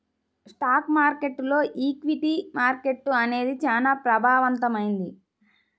stock మార్కెట్టులో equity market అనేది చానా ప్రభావవంతమైంది